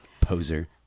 Poser